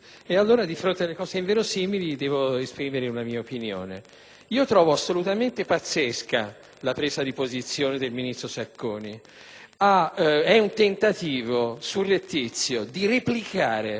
Trovo assolutamente pazzesca la presa di posizione del ministro Sacconi: è un tentativo surrettizio di replicare un contrasto che è già stato risolto.